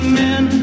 men